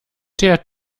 der